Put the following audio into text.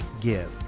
Give